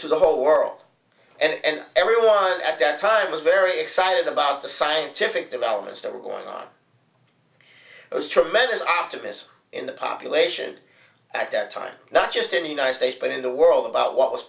to the whole world and everyone at that time was very excited about the scientific developments that were going on it was tremendous optimism in the population at that time not just in the united states but in the world about what was